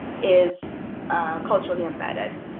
is culturally embedded.